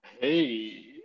Hey